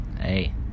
hey